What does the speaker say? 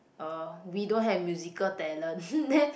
err we don't have musical talent then